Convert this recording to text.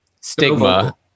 stigma